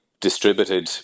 distributed